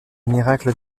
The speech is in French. miracles